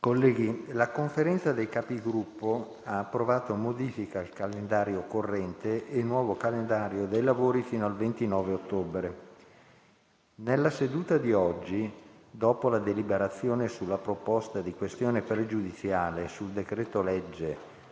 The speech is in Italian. Colleghi, la Conferenza dei Capigruppo ha apportato modifiche al calendario corrente e il nuovo calendario dei lavori fino al 29 ottobre. Nella seduta di oggi, dopo la deliberazione sulla proposta di questione pregiudiziale sul decreto-legge